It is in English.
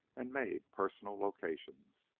and made personal locations.